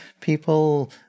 people